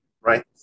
right